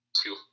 two